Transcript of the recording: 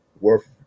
Worth